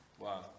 Wow